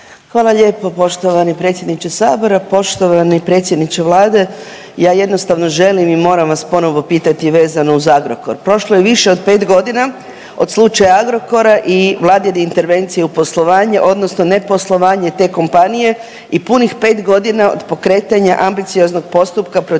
Hvala lijepo poštovani predsjedniče sabora. Poštovani predsjedniče vlade ja jednostavno želim i moram vas ponovo pitati vezano uz Agrokor. Prošlo je više od 5 godina od slučaja Agrokora i vladine intervencije u poslovanje odnosno ne poslovanje te kompanije i punih 5 godina od pokretanja ambicioznog postupka protiv